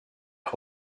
had